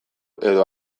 edo